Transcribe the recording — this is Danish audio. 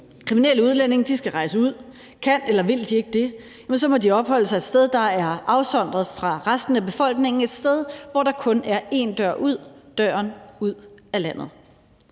Kriminelle udlændinge skal rejse ud, og kan eller vil de ikke det, må de opholde sig et sted, der er afsondret fra resten af befolkningen, et sted, hvor der kun er én dør ud, og det er døren ud af landet.